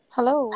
Hello